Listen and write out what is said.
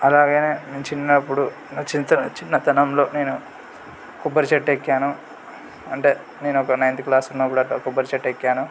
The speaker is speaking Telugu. అలాగనే నేను చిన్నపుడు నా చిన్ చిన్నతనంలో నేను కొబ్బరి చెట్టు ఎక్కాను అంటే నేను ఒక నైంత్ క్లాస్ ఉన్నప్పుడు అట్ట కొబ్బరి చెట్టు ఎక్కాను